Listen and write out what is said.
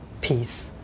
peace